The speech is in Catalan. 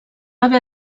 haver